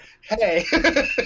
Hey